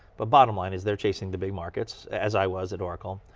but, bottom line is, they're chasing the big markets as i was at oracle.